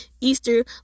Easter